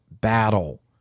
battle